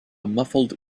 muffled